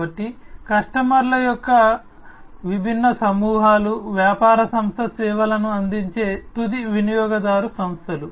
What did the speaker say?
కాబట్టి కస్టమర్ల యొక్క విభిన్న సమూహాలు వ్యాపార సంస్థ సేవలను అందించే తుది వినియోగదారు సంస్థలు